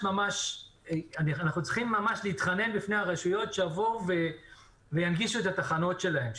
אנחנו צריכים ממש להתחנן בפני הרשויות שיבואו וינגישו את התחנות שלהם.